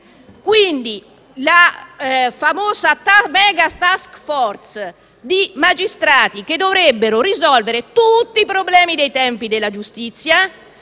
quindi la famosa mega-*task force* di magistrati che dovrebbero risolvere tutti i problemi dei tempi della giustizia